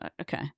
okay